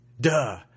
Duh